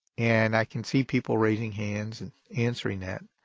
and i can see people raising hands and answering that,